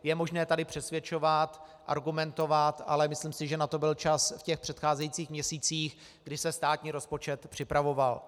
Je možné tady přesvědčovat, argumentovat, ale myslím si, že na to byl čas v předcházejících měsících, kdy se státní rozpočet připravoval.